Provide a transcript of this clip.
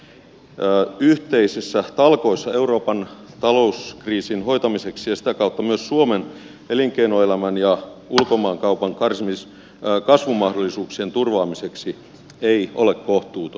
tämä osuus yhteisissä talkoissa euroopan talouskriisin hoitamiseksi ja sitä kautta myös suomen elinkeinoelämän ja ulkomaankaupan kasvumahdollisuuksien turvaamiseksi ei ole kohtuuton